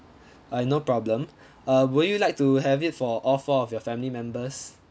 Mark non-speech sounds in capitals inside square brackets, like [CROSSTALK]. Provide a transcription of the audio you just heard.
[BREATH] uh no problem [BREATH] uh would you like to have it for all four of your family members